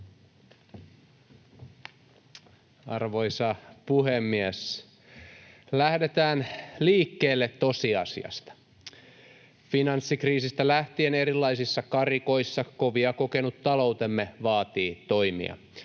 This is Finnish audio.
Arvoisa puhemies! Lähdetään liikkeelle tosiasiasta. Finanssikriisistä lähtien erilaisissa karikoissa kovia kokenut taloutemme vaatii toimia,